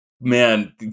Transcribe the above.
man